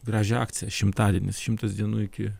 gražią akciją šimtadienis šimtas dienų iki